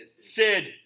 Sid